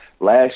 Last